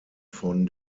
von